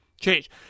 change